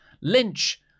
Lynch